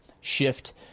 shift